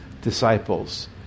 disciples